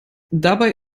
dabei